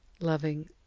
loving